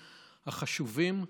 החשובים.